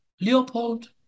Leopold